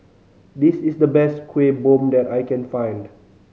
this is the best Kueh Bom that I can find